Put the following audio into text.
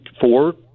four